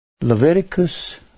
Leviticus